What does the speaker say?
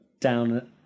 down